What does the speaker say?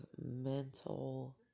mental